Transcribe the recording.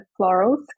florals